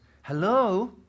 hello